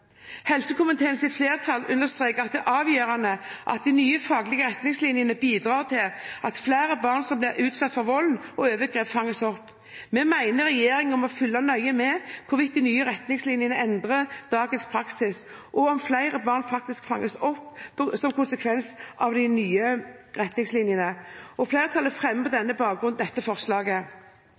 flertall understreker at det er avgjørende at de nye faglige retningslinjene bidrar til at flere barn som blir utsatt for vold og overgrep, fanges opp. Vi mener regjeringen må følge nøye med på hvorvidt de nye retningslinjene endrer dagens praksis, og om flere barn faktisk fanges opp som en konsekvens av de nye retningslinjene. Flertallet fremmer på denne bakgrunn dette forslaget.